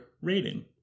rating